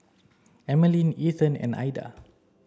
Emmaline Ethan and Aida